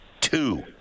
two